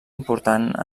important